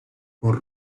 con